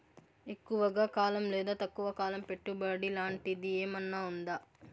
ఎక్కువగా కాలం లేదా తక్కువ కాలం పెట్టుబడి లాంటిది ఏమన్నా ఉందా